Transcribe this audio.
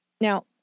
Now